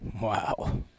Wow